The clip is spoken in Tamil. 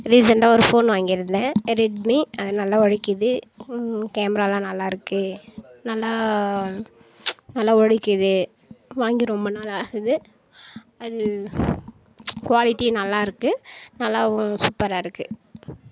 ரீசெண்டாக ஒரு ஃபோன் வாங்கிருந்தேன் ரெட்மி அது நல்லா உழைக்குது கேமராலான் நல்லாருக்கு நல்லா நல்லா உழைக்குது வாங்கி ரொம்ப நாள் ஆகுது அது குவாலிட்டி நல்லாயிருக்கு நல்லா சூப்பராருக்குது